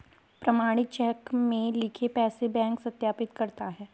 प्रमाणित चेक में लिखे पैसे बैंक सत्यापित करता है